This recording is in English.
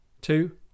Two